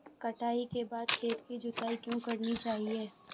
कटाई के बाद खेत की जुताई क्यो करनी चाहिए?